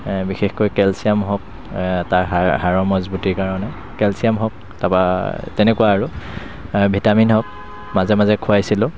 বিশেষকৈ কেলচিয়াম হওক তাত হাড়ৰ মজবুতিৰ কাৰণে কেলচিয়াম হওক তাপা তেনেকুৱা আৰু ভিটামিন হওক মাজে মাজে খুৱাইছিলোঁ